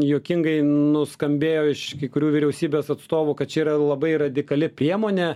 juokingai nuskambėjo iš kai kurių vyriausybės atstovų kad čia yra labai radikali priemonė